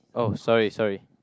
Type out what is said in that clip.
oh sorry sorry